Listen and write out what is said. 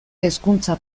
hezkuntza